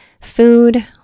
food